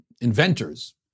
inventors